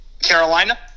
Carolina